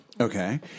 Okay